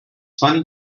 funny